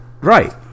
right